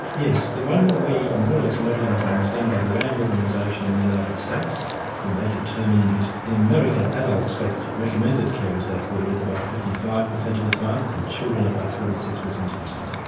yes, the one we are more or less modelling it on was done by the rand organisation in the united states and they determined that in america adults got recommended care as they call it about fifty five percent of the time and children about forty six percent of the time.